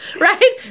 Right